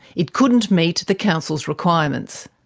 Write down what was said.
it couldn't meet the council's requirements.